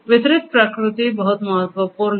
वितरित प्रकृति बहुत महत्वपूर्ण है